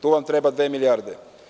Tu vam treba dve milijarde.